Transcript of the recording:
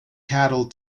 cattle